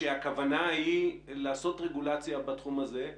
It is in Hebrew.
והכוונה היא לעשות רגולציה בתחום הזה,